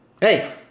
Hey